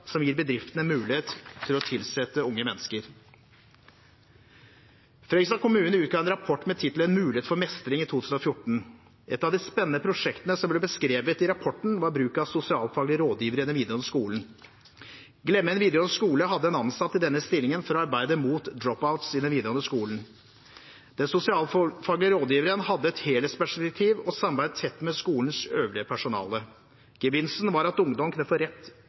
som gir bedriftene mulighet til å tilsette unge mennesker. Fredrikstad kommune utga en rapport med tittelen «Mulighet for mestring» i 2014. Et av de spennende prosjektene som ble beskrevet i rapporten, var bruk av sosialfaglig rådgiver i den videregående skolen. Glemmen videregående skole hadde en ansatt i denne stillingen for å arbeide mot drop-outs i den videregående skolen. Den sosialfaglige rådgiveren hadde et helhetsperspektiv og samarbeidet tett med skolens øvrige personale. Gevinsten var at ungdom kunne få rett